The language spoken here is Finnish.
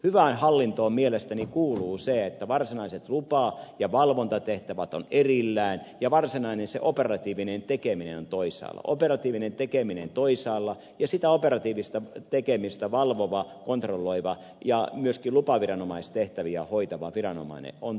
hyvään hallintoon mielestäni kuuluu se että varsinaiset lupa ja valvontatehtävät ovat erillään ja varsinainen operatiivinen tekeminen on toisaalla eli operatiivinen tekeminen on toisaalla ja sitä operatiivista tekemistä valvova kontrolloiva ja myöskin lupaviranomaistehtäviä hoitava viranomainen on toisaalla